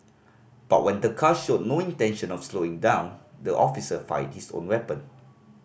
but when the car showed no intention of slowing down the officer fired his own weapon